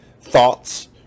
thoughts